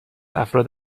افراد